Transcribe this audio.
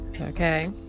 Okay